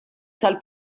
tal